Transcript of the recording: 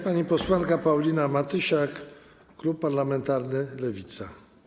Pani posłanka Paulina Matysiak, klub parlamentarny Lewica.